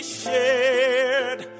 shared